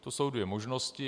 To jsou dvě možnosti.